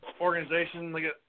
organization